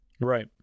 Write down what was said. Right